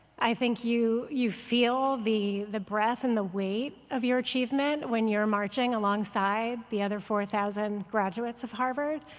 i think you you feel the the breadth and the weight of your achievement when you're marching marching alongside the other four thousand graduates of harvard.